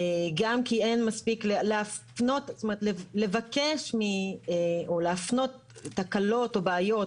גם כי אין מספיק לבקש או להפנות תקלות או בעיות